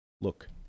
look